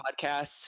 podcasts